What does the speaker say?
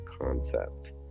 concept